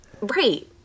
Right